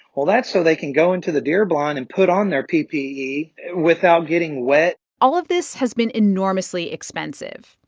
well, that's so they can go into the deer blind and put on their ppe without getting wet all of this has been enormously expensive.